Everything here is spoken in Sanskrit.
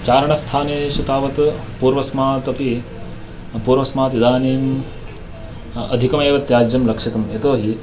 चारणस्थानेषु तावत् पूर्वस्मात् अपि पूर्वस्मात् इदानीम् अधिकमेव त्याज्यं लक्षितम् यतोहि